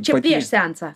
čia prieš seansą